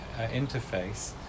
interface